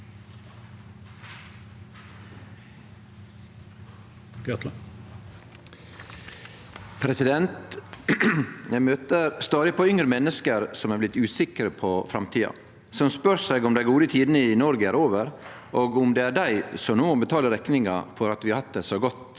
Eg møter stadig på yn- gre menneske som er blitt usikre på framtida, som spør seg om dei gode tidene i Noreg er over, og om det er dei som no må betale rekninga for at vi har hatt det så godt